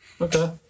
Okay